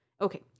Okay